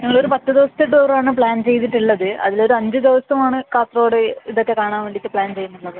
ഞങ്ങൾ ഒരു പത്ത് ദിവസത്തെ ടൂർ ആണ് പ്ലാൻ ചെയ്തിട്ട് ഉള്ളത് അതിൽ ഒര് അഞ്ച് ദിവസം ആണ് കാസർഗോഡ് ഇത് ഒക്കെ കാണാൻ വേണ്ടിയിട്ട് പ്ലാൻ ചെയ്യുന്നത്